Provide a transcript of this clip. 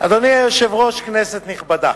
אדוני היושב-ראש, כנסת נכבדה,